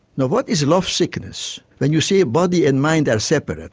now what is love sickness? when you say body and mind are separate,